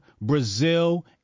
Brazil